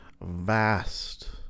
vast